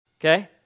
Okay